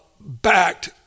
backed